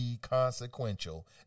consequential